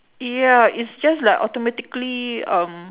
yeah it's just like automatically um